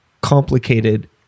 complicated